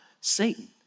Satan